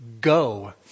go